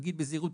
אגיד בזהירות,